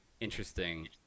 Interesting